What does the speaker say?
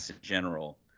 general